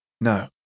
No